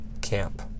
camp